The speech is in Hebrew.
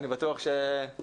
אני בטוח שנדע,